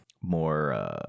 more